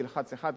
תלחץ 1,